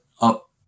up